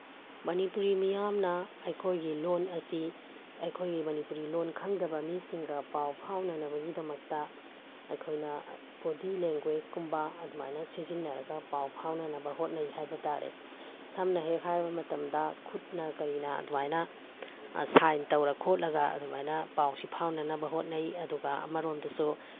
ꯃꯅꯤꯄꯨꯔꯤ ꯃꯤꯌꯥꯝꯅ ꯑꯩꯈꯣꯏꯒꯤ ꯂꯣꯟ ꯑꯁꯤ ꯑꯩꯈꯣꯏꯒꯤ ꯃꯅꯤꯄꯨꯔꯤ ꯂꯣꯟ ꯈꯪꯗꯕ ꯃꯤꯁꯤꯡꯒ ꯄꯥꯎ ꯐꯥꯎꯅꯅꯕꯒꯤꯗꯃꯛꯇ ꯑꯩꯈꯣꯏꯅ ꯕꯣꯗꯤ ꯂꯦꯡꯒ꯭ꯋꯦꯁꯀꯨꯝꯕ ꯑꯗꯨꯃꯥꯏꯅ ꯁꯤꯖꯤꯟꯅꯔꯒ ꯄꯥꯎ ꯐꯥꯎꯅꯅꯕ ꯍꯣꯠꯅꯩ ꯍꯥꯏꯕ ꯇꯥꯔꯦ ꯁꯝꯅ ꯍꯦꯛ ꯍꯥꯏꯔꯒ ꯃꯇꯝꯗ ꯈꯨꯠꯅ ꯀꯔꯤꯅ ꯑꯗꯨꯃꯥꯏꯅ ꯁꯥꯏꯟ ꯇꯧꯔ ꯈꯣꯠꯂꯒ ꯑꯗꯨꯃꯥꯏꯅ ꯄꯥꯎꯁꯤ ꯄꯥꯎꯅꯅꯕ ꯍꯣꯠꯅꯩ ꯑꯗꯨꯒ ꯑꯃꯔꯣꯝꯗꯁꯨ